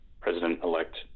President-elect